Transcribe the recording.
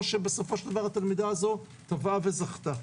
שבסופו של דבר התלמידה הזאת תבעה וזכתה.